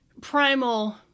primal